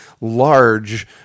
large